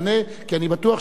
כי אני בטוח שהשר,